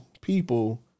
people